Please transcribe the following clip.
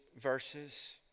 verses